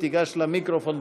לפרוטוקול,